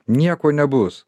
nieko nebus